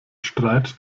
streit